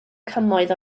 cymoedd